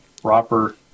proper